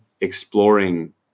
exploring